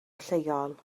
lleol